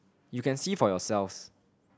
you can see for yourselves